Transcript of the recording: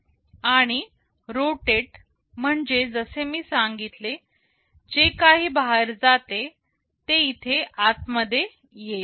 आणि रोटेट म्हणजे जसे मी सांगितले जे काही बाहेर जाते ते इथे आत मध्ये येईल